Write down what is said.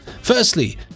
Firstly